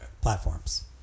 Platforms